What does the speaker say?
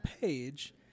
page